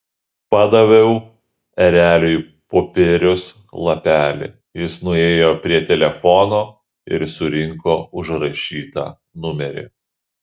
padaviau ereliui popieriaus lapelį jis nuėjo prie telefono ir surinko užrašytą numerį